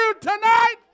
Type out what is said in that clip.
tonight